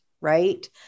right